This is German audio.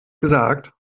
gesagt